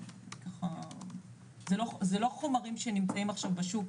ככה, זה לא חומרים שנמצאים עכשיו בשוק,